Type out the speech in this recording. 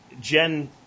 Jen